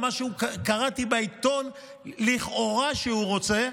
אבל מה שקראתי בעיתון לכאורה שהוא רוצה,